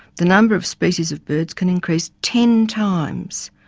the number of species of birds can increase ten times,